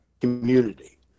community